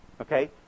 Okay